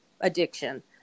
addiction